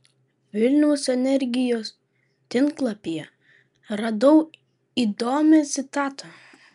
vilniaus energijos tinklapyje radau įdomią citatą